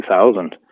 2000